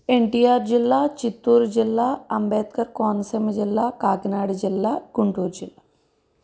ఎన్టిఆర్ జిల్లా చిత్తూర్ జిల్లా అంబేద్కర్ కోనసీమ జిల్లా కాకినాడ జిల్లా గుంటూర్ జిల్లా